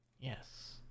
Yes